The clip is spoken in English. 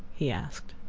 he asked.